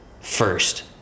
first